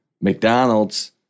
McDonald's